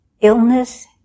Illness